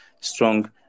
strong